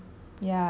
mm